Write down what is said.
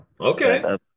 okay